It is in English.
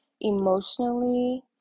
emotionally